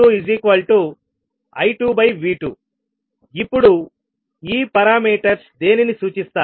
h12V1V2h22I2V2 ఇప్పుడు ఈ parameters దేనిని సూచిస్తాయి